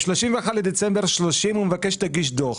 ב-31 בדצמבר 30' הוא מבקש שאתה תגיש דוח,